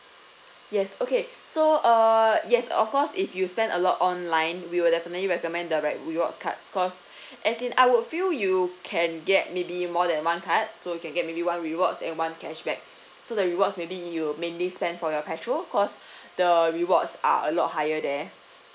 yes okay so uh yes of course if you spend a lot online we will definitely recommend the re~ rewards card because as in I would feel you can get maybe more than one card so you can get maybe one rewards and one cashback so that rewards maybe you mainly spend for your petrol because the rewards are a lot higher there